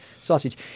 sausage